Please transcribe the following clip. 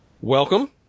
welcome